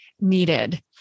needed